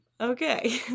Okay